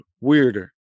weirder